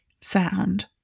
sound